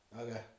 Okay